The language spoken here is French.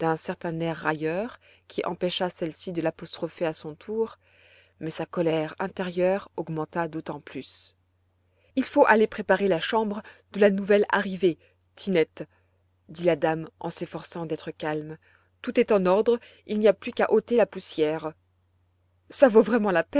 d'un certain air railleur qui empêcha celle-ci de l'apostropher à son tour mais sa colère intérieure augmenta d'autant plus il faut aller préparer la chambre de la nouvelle arrivée tinette dit la dame en s'efforçant d'être calme tout est en ordre il n'y a plus qu'à ôter la poussière ça vaut vraiment la